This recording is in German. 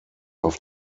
auf